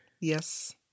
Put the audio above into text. Yes